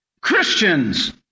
Christians